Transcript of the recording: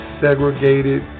Segregated